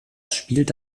spielte